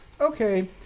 okay